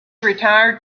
retired